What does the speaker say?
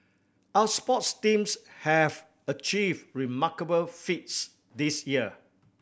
our sports teams have achieve remarkable feats this year